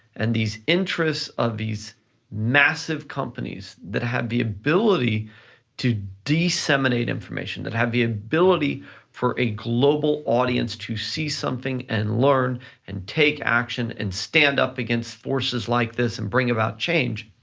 and these interests of these massive companies that have the ability to disseminate information, that have the ability for a global audience to see something and learn and take action and stand up against forces like this and bring about change,